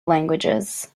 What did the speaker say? languages